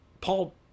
Paul